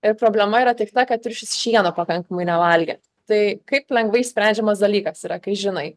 ir problema yra tik ta kad triušis šieno pakankamai nevalgė tai kaip lengvai išsprendžiamas dalykas yra kai žinai